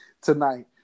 Tonight